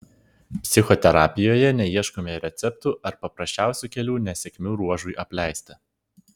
psichoterapijoje neieškome receptų ar paprasčiausių kelių nesėkmių ruožui apleisti